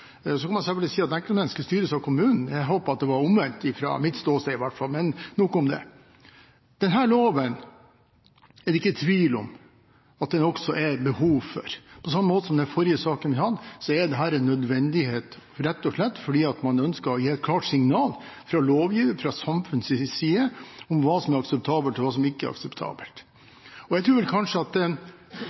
så kan man selvfølgelig si at enkeltmennesket styres av kommunen. Jeg hadde håpet at det var omvendt – fra mitt ståsted i hvert fall. Men nok om det. Denne loven er det ikke tvil om at det også er behov for. På samme måte som i den forrige saken vi hadde, er dette en nødvendighet, rett og slett fordi man ønsker å gi et klart signal fra lovgiver og fra samfunnets side om hva som er akseptabelt, og hva som ikke er akseptabelt. Jeg tror kanskje at